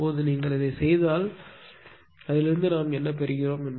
இப்போது நீங்கள் செய்தால் அதனால் நாம் எதை ப் பெறுகிறோம்